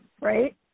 Right